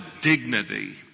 dignity